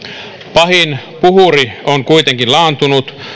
pahin puhuri on kuitenkin laantunut